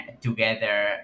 together